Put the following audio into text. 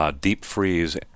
deep-freeze